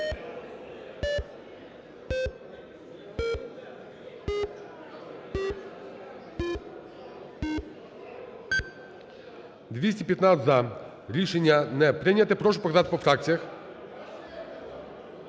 За-215 Рішення не прийнято. Прошу показати по фракціях.